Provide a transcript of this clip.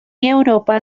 europa